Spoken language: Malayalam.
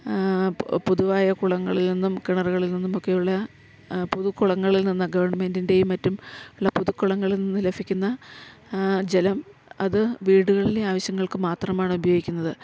പൊതുവായ കുളങ്ങളിൽ നിന്നും കിണറുകളിൽ നിന്നുമൊക്കെയുള്ള പൊതു കുളങ്ങളിൽ നിന്ന് ഗവൺമെൻറിൻ്റേയും മറ്റും ഉള്ള പൊതു കുളങ്ങളിൽ നിന്ന് ലഭിക്കുന്ന ജലം അത് വീടുകളിലെ ആവശ്യങ്ങൾക്ക് മാത്രമാണുപയോഗിക്കുന്നത്